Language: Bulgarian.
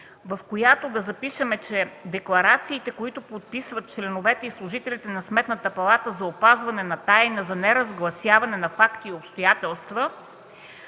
в която да запишем, че декларациите, които подписват членовете и служителите на Сметната палата за опазване на тайна за неразгласяване на факти и обстоятелства,